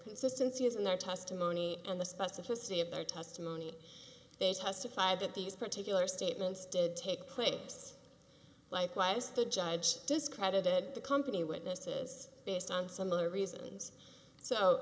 consistency as in their testimony and the specificity of their testimony they testified that these particular statements did take place likewise the judge discredited the company witnesses based on some other reasons so